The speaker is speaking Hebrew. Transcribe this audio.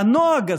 והנוהג הזה,